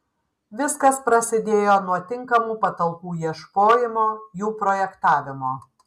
viskas prasidėjo nuo tinkamų patalpų ieškojimo jų projektavimo